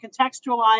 contextualize